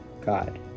god